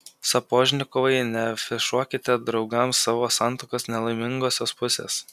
sapožnikovai neafišuokite draugams savo santuokos nelaimingosios pusės